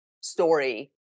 story